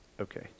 Okay